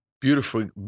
beautifully